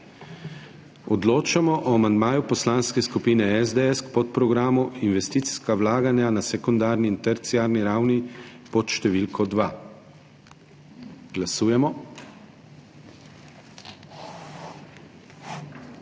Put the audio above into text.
Odločamo o amandmaju Poslanske skupine SDS k podprogramu Investicijska vlaganja na sekundarni in terciarni ravni pod številko 2. Glasujemo.